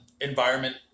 environment